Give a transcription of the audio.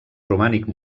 romànic